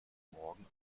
morgen